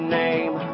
name